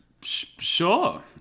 sure